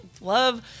love